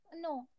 no